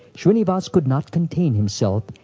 shrinivas could not contain himself,